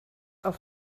auf